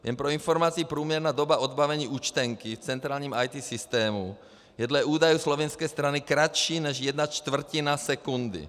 Jen pro informaci, průměrná doba odbavení účtenky v centrálním IT systému je dle údajů slovinské strany kratší než jedna čtvrtina sekundy.